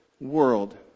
world